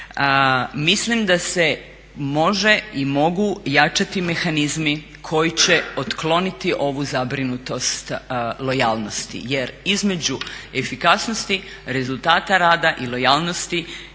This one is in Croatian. Mislim da se može i mogu jačati mehanizmi koji će otkloniti ovu zabrinutost lojalnosti. Jer između efikasnosti, rezultata rada i lojalnosti